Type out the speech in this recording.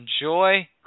enjoy